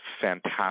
Fantastic